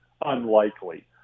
unlikely